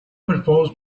performs